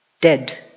dead